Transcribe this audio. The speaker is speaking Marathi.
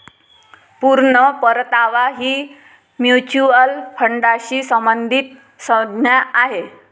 पूर्ण परतावा ही म्युच्युअल फंडाशी संबंधित संज्ञा आहे